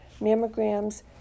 mammograms